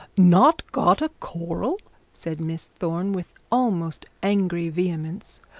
not got a coral said miss thorne, with almost angry vehemence.